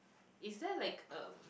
is there like a